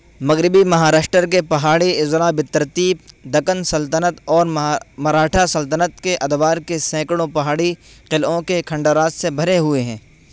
مغربی مہاراشٹر کے پہاڑی اضلاع بالترتیب دکن سلطنت اور مراٹھا سلطنت کے ادوار کے سینکڑوں پہاڑی قلعوں کے کھنڈرات سے بھرے ہوئے ہیں